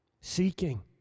seeking